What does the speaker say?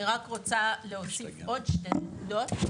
אני רוצה להוסיף שתי נקודות.